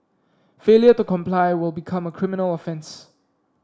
failure to comply will become a criminal offence